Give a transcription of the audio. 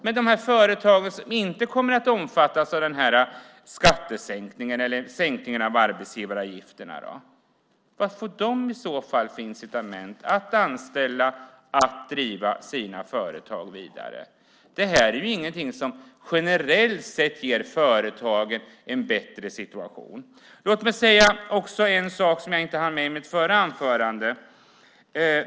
Vad får de företag som inte kommer att omfattas av sänkningen av arbetsgivaravgifterna för incitament att anställa och driva sina företag vidare? Detta är ingenting som generellt sett ger företagen en bättre situation. Låt mig också säga en sak som jag inte hann med i mitt förra anförande.